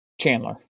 Chandler